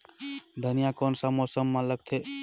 धनिया कोन सा मौसम मां लगथे?